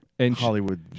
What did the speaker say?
Hollywood